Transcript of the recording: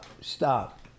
Stop